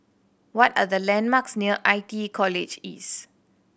what are the landmarks near I T E College East